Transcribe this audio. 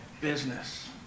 business